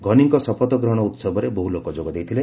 ଘନୀଙ୍କ ଶପଥଗ୍ରହଣ ଉତ୍ସବରେ ବହୁ ଲୋକ ଯୋଗଦେଇଥିଲେ